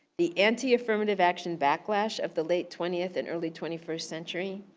the anti-affirmative action backlash of the late twentieth and early twenty first century.